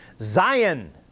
Zion